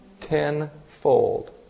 tenfold